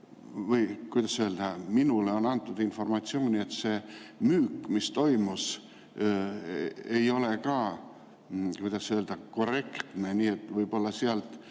või, kuidas öelda, minule on antud informatsiooni, et see müük, mis toimus, ei ole ka, kuidas öelda, korrektne. Nii et võib-olla ikkagi